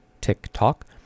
TikTok